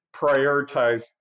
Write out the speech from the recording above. prioritize